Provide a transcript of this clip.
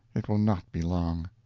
it will not be long.